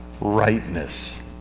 rightness